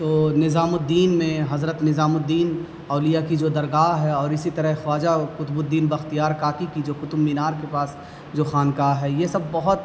تو نظام الدین میں حضرت نظام الدین اولیاء کی جو درگاہ ہے اور اسی طرح خواجہ قطب الدین بختیار کاکی کی جو قطب مینار کے پاس جو خانقاہ ہے یہ سب بہت